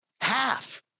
half